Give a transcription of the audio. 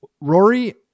Rory